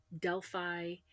delphi